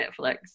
netflix